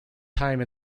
time